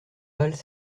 valent